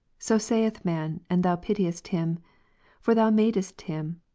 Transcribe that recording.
sosaithman, and thou pitiest him for thou madest him,